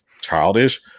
childish